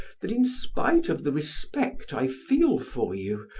that in spite of the respect i feel for you,